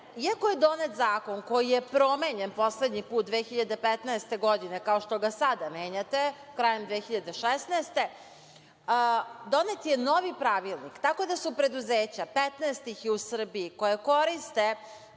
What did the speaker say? iako je donet zakon koji je promenjen poslednji put 2015. godine, kao što ga sada menjate, krajem 2016. godine, a donet je novi pravilnik, tako da su preduzeća, 15 ih je u Srbiji koja koriste,